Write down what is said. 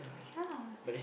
ya